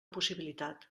possibilitat